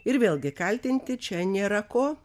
ir vėlgi kaltinti čia nėra ko